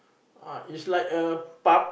ah is like a pub